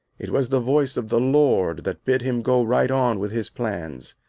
it was the voice of the lord that bid him go right on with his plans.